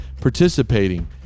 participating